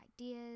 ideas